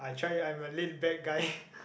I try I'm a lit bad guy